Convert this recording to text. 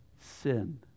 sin